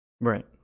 right